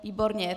Výborně.